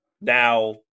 Now